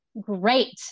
great